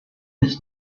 its